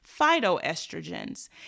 phytoestrogens